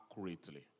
accurately